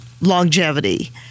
longevity